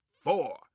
four